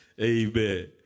Amen